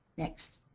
next.